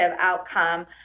outcome